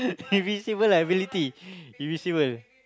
it'll be civil lah ability it'll be civil